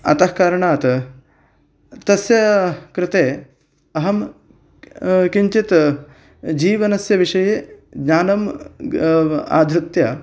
अतः कारणात् तस्य कृते अहं किञ्चित् जीवनस्य विषये ज्ञानम् आधृत्य